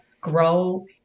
grow